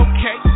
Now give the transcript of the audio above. Okay